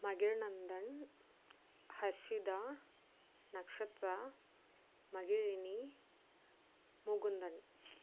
Magizhnandhan Harshitha Nakshatra Magizhini Mukundan